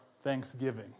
thanksgiving